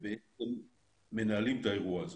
ובעצם מנהלים את האירוע הזה.